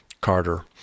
Carter